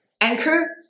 anchor